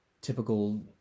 Typical